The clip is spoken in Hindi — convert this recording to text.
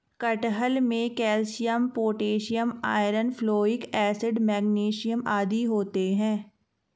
कटहल में calcium potassium iron folic acid magnesium आदि होते हैं